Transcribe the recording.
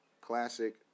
classic